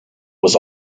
was